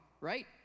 right